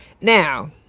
Now